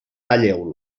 talleu